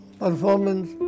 performance